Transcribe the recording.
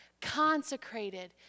consecrated